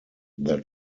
their